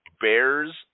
Bears